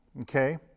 okay